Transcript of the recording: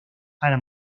hannah